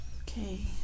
Okay